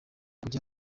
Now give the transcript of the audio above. kujya